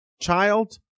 child